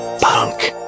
Punk